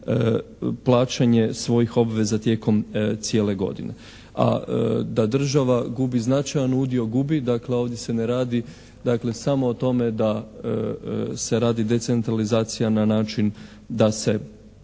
plaćanje svojih obveza tijekom cijele godine. A da država gubi značajan udio, gubi. Dakle, ovdje se ne radi, dakle, samo o tome da se radi decentralizacija na način da se